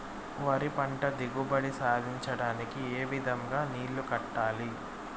వరి పంట దిగుబడి సాధించడానికి, ఏ విధంగా నీళ్లు కట్టాలి?